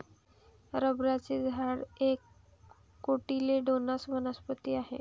रबराचे झाड एक कोटिलेडोनस वनस्पती आहे